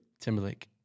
Timberlake